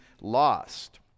lost